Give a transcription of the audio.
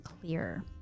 clear